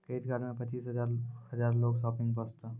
Credit card मे पचीस हजार हजार लोन शॉपिंग वस्ते?